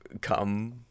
come